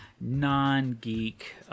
non-geek